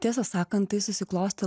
tiesą sakant tai susiklostė